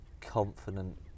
confident